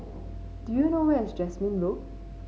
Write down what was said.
do you know where is Jasmine Road